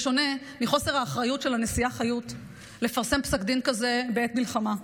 בשונה מחוסר האחריות של הנשיאה חיות לפרסם פסק דין כזה בעת מלחמה,